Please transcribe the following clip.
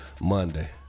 Monday